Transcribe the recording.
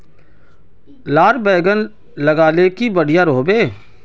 लार बैगन लगाले की बढ़िया रोहबे?